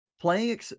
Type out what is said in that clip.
playing